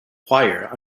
choir